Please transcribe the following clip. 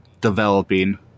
developing